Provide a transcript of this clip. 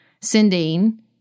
sending